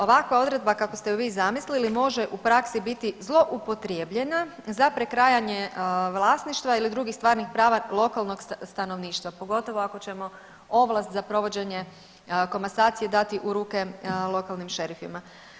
Ovakva odredba kako ste ju vi zamislili može u praksi bili zloupotrijebljena za prekrajanje vlasništva ili drugih stvarnih prava lokalnog stanovništva, pogotovo ako ćemo ovlast za provođenje komasacije dati u ruke lokalnim šerifima.